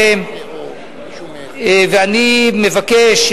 ואני מבקש,